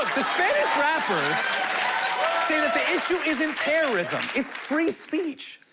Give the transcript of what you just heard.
the spanish rappers issue isn't terrorism, it's free speech.